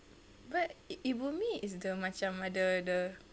but ibumie is the macam ada ada